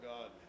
God